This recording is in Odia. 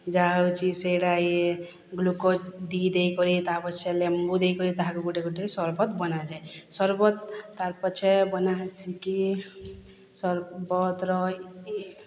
ଯାହା ହେଉଛି ସେଇଟା ଇଏ ଗ୍ଲୁକୋଜ ଡ଼ି ଦେଇକରି ତା' ପଛରେ ଲେମ୍ବୁ ଦେଇକରି ତାହାକୁ ଗୋଟେ ଗୋଟେ ସରବତ ବନାଯାଏ ସରବତ ତା' ପଛରେ ବନା ହେସିକି ସରବତର ଇ